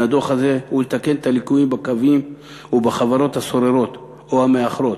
הדוח הזה ולתקן את הליקויים בקווים ובחברות הסוררות או המאחרות.